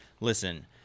listen